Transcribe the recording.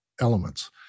elements